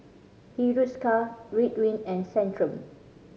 Hiruscar Ridwind and Centrum